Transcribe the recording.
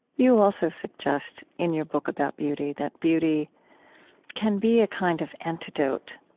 you also suggest, in your book about beauty, that beauty can be a kind of antidote,